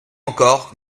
encore